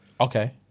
Okay